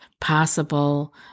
possible